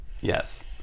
Yes